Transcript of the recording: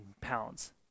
pounds